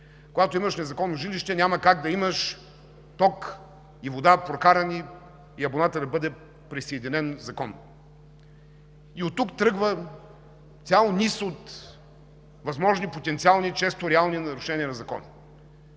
Когато имаш незаконно жилище, няма как да имаш прокарани ток и вода и абонатът да бъде присъединен законно. И оттук тръгва цял низ от възможни потенциални и често реални нарушения на закона.